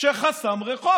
שחסם רחוב.